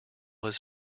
his